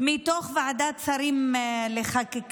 מתוך ועדת שרים לחקיקה.